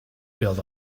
build